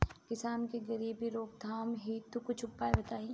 किसान के गरीबी रोकथाम हेतु कुछ उपाय बताई?